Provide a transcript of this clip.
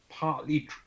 partly